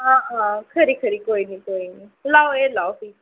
हां हां खरी खरी कोई निं कोई निं लैओ एह् लैओ फ्ही